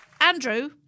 Andrew